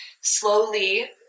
slowly